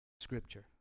Scripture